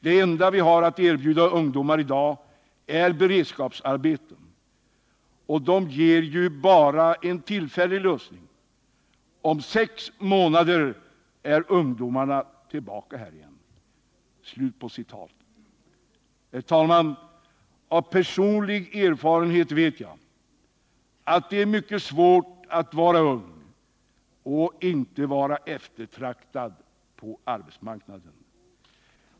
Det enda vi har att erbjuda ungdomar i dag är beredskapsarbeten och de ger ju bara en tillfällig lösning. Om sex månader är ungdomarna tillbaka här igen. Herr talman! Av personlig erfarenhet vet jag att det är mycket svårt att vara ung och inte vara eftertraktad på arbetsmarknaden.